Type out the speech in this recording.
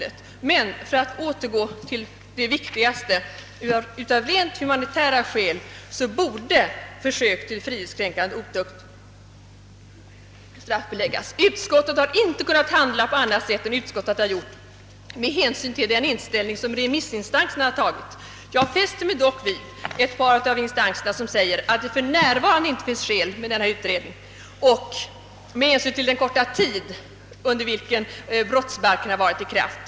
Men för att återgå till det viktigaste borde av rent humanitära skäl försök till frihetskränkande otukt straffbeläggas. Utskottet har inte kunnat handla på annat sätt med hänsyn till remissinstansernas ställningstagande. Jag fäster mig dock vid att ett par av remissinstanserna säger att: »det för närvarande inte finns skäl till denna utredning» och »med hänsyn till den korta tid under vilken brottsbalken har varit i kraft».